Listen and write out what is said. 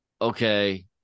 okay